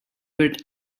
bird